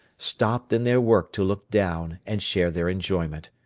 stopped in their work to look down, and share their enjoyment.